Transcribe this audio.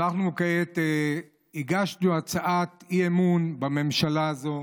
אנחנו הגשנו הצעת אי-אמון בממשלה הזו